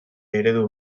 eredu